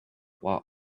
while